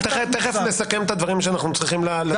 אנחנו תכף נסכם את הדברים שאנחנו צריכים לדיון הבא.